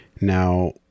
now